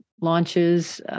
launches